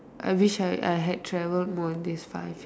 I wish I I had travelled more in these five